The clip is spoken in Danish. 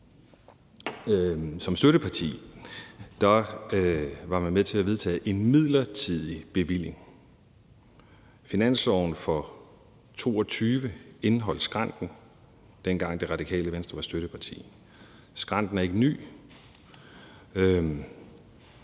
som støtteparti, var man med til at vedtage en midlertidig bevilling. Finansloven for 2022 indeholdt skrænten, dengang Radikale Venstre var støtteparti. Skrænten er ikke ny,